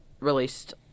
released